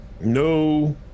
no